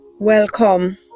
welcome